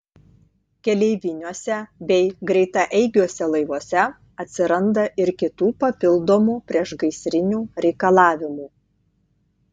keleiviniuose bei greitaeigiuose laivuose atsiranda ir kitų papildomų priešgaisrinių reikalavimų